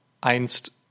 einst